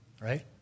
Right